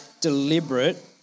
deliberate